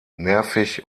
nervig